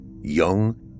young